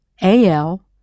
al